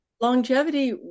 Longevity